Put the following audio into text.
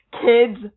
Kids